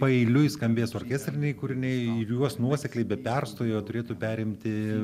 paeiliui skambės orkestriniai kūriniai ir juos nuosekliai be perstojo turėtų perimti